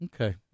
Okay